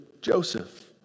Joseph